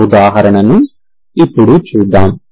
ఆ ఉదాహరణను ఇపుడు చూద్దాం